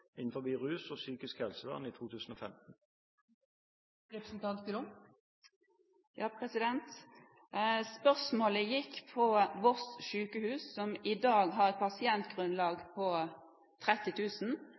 og psykisk helsevern i 2015. Spørsmålet gikk på Voss sjukehus, som i dag har et